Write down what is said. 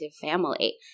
family